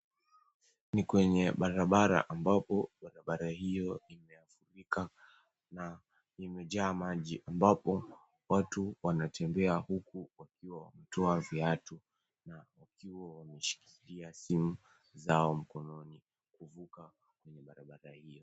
Ni kwenye barabara. Ambapo barabara hiyo imefurika na imejaa maji. Ambapo watu wanatembea huku wakiwa wametoa viatu na wakiwa wameshikilia simu zao mkononi kuvuka kwenye barabara hiyo.